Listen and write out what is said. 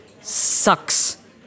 sucks